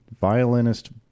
violinist